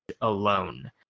alone